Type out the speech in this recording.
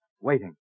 waiting